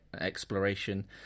exploration